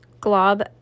Glob